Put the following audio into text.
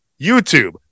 YouTube